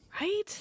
Right